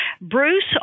Bruce